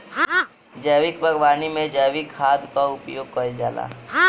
जैविक बागवानी में जैविक खाद कअ उपयोग कइल जाला